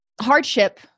hardship